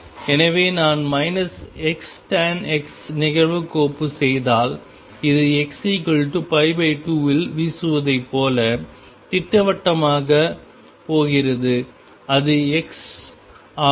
எனவே நான் Xtan X ஐ நிகழ்வுக்கோப்பு செய்தால் இது X2 இல் வீசுவதைப் போலவே திட்டவட்டமாகப் போகிறது இது X ஆகும்